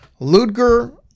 Ludger